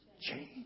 change